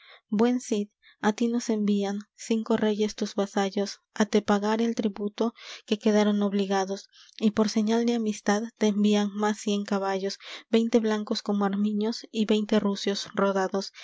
buen cid á ti nos envían cinco reyes tus vasallos á te pagar el tributo que quedaron obligados y por señal de amistad te envían más cien caballos veinte blancos como armiños y veinte rucios rodados